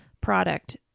product